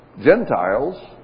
Gentiles